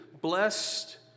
Blessed